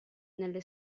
nelle